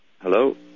Hello